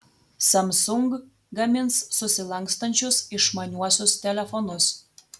samsung gamins susilankstančius išmaniuosius telefonus